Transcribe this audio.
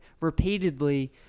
repeatedly